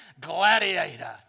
Gladiator